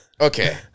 Okay